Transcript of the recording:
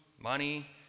money